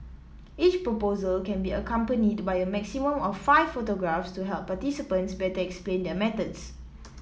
each proposal can be accompanied by a maximum of five photographs to help participants better explain their methods